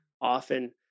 often